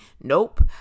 nope